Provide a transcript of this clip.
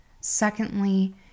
Secondly